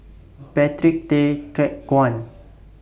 Patrick Tay Teck Guan